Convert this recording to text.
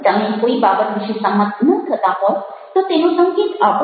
તમે કોઈ બાબત વિશે સંમત ન થતા હોય તો તેનો સંકેત આપો